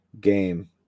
game